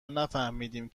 نفهمدیم